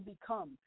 become